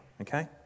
okay